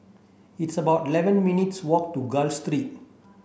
it's about eleven minutes' walk to Gul Street